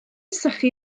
sychu